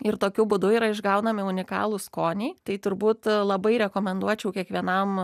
ir tokiu būdu yra išgaunami unikalūs skoniai tai turbūt labai rekomenduočiau kiekvienam